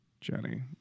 Jenny